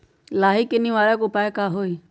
लाही के निवारक उपाय का होई?